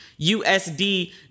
USD